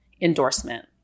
endorsement